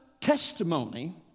testimony